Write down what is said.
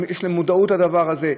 יש מודעות לדבר הזה.